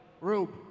Rube